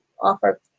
offer